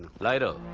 later